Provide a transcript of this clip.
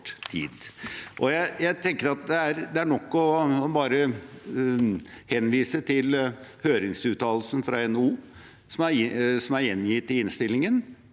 Jeg tenker at det er nok å bare henvise til høringsuttalelsen fra NHO, som er gjengitt i innstillingen.